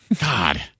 God